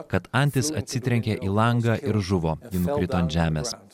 kad antis atsitrenkė į langą ir žuvo ji nukrito ant žemės